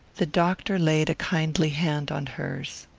the doctor laid a kindly hand on hers.